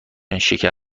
شکر